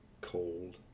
cold